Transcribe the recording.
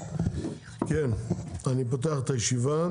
אני פותח את הישיבה,